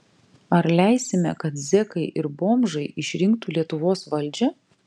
ar leisime kad zekai ir bomžai išrinktų lietuvos valdžią